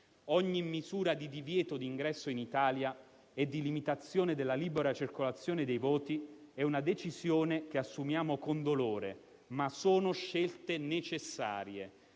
Ogni misura di divieto di ingresso in Italia e di limitazione della libera circolazione dei voli è una decisione che assumiamo con dolore, ma sono scelte necessarie.